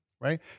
right